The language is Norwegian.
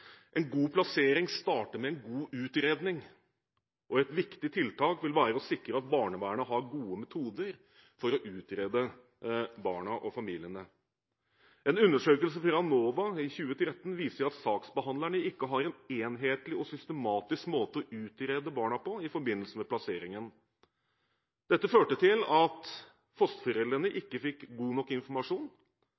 En god plassering starter med en god utredning, og et viktig tiltak vil være å sikre at barnevernet har gode metoder for å utrede barna og familiene. En undersøkelse fra NOVA i 2013 viser at saksbehandlerne ikke har en enhetlig og systematisk måte å utrede barna på i forbindelse med plasseringen. Dette førte til at fosterforeldrene